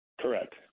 correct